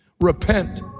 repent